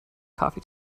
coffee